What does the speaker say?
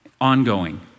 ongoing